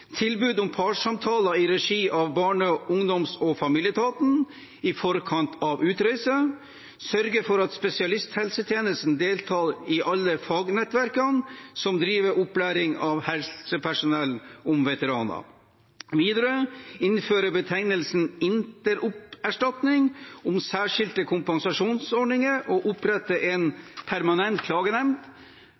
tilbud om parsamtaler i regi av barne-, ungdoms- og familieetaten i forkant av utreise og sørge for at spesialisthelsetjenesten deltar i alle fagnettverkene som driver opplæring av helsepersonell om veteraner, og videre å innføre betegnelsen intopserstatning om særskilte kompensasjonsordninger, opprette en permanent klagenemnd